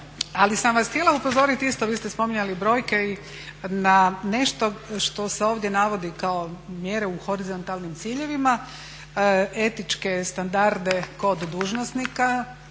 Ali sam vas htjela upozoriti isto, vi ste spominjali brojke i na nešto što se ovdje navodi kao mjere u horizontalnim ciljevima, etičke standarde kod dužnosnika